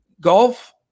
golf